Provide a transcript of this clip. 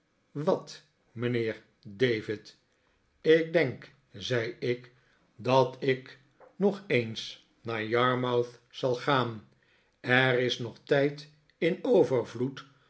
wat mijnheer david ik denk zei ik dat ik nog eens naar yarmouth zal gaan er is nog tijd in overvloed